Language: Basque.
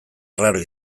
arraro